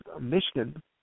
Michigan